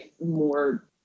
more